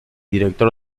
director